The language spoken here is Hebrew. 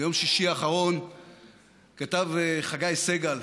ביום שישי האחרון כתב חגי סגל,